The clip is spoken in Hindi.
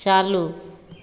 चालू